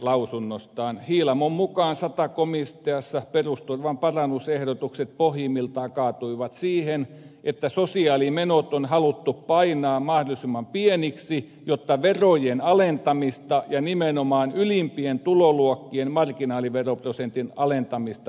hiilamon mukaan sata komiteassa perusturvan parannusehdotukset pohjimmiltaan kaatuivat siihen että sosiaalimenot on haluttu painaa mahdollisimman pieniksi jotta verojen alentamista ja nimenomaan ylimpien tuloluokkien marginaaliveroprosentin alentamista voitaisiin jatkaa